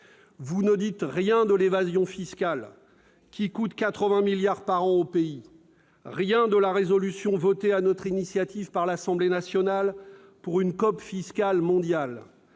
Vous ne dites rien de l'évasion fiscale, qui coûte 80 milliards d'euros par an au pays, rien de la résolution votée sur notre initiative par l'Assemblée nationale pour une COP fiscale mondiale,